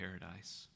paradise